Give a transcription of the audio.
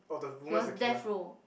he was death row